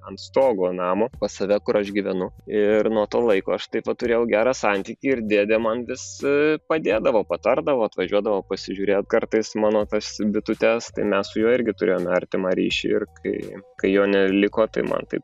ant stogo namo pas save kur aš gyvenu ir nuo to laiko aš taip pat turėjau gerą santykį ir dėdė man visi padėdavo patardavo atvažiuodavo pasižiūrėt kartais mano tas bitutes tai mes su juo irgi turėjome artimą ryšį ir kai kai jo neliko tai man taip